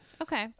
Okay